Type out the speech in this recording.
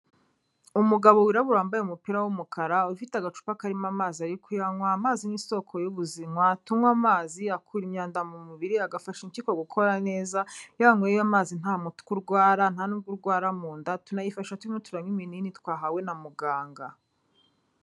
Umugabo wirabura wambaye umupira w'umukara, ufite agacupa karimo amazi arikuyanywa, amazi n'isoko y'ubuzima tunywe amazi akura imyanda mu mubiri, agafasha impyiko gukora neza, iyo wanyweye amazi nta mutwe urwara nta n'ubwo urwara mu nda, tunayifashisha turimo turanywa ibinini twahawe na muganga.